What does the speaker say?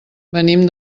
venim